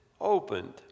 opened